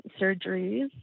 surgeries